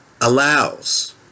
allows